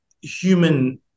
human